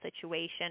situation